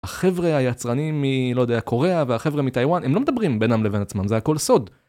החבר'ה היצרנים מלא יודע.. קוריאה, והחבר'ה מטייוואן הם לא מדברים בינם לבין עצמם זה הכל סוד.